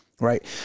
right